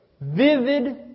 vivid